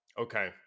Okay